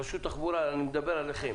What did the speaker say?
רשות התחבורה, אני מדבר אליכם.